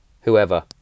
whoever